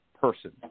person